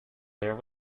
there